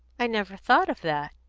i never thought of that.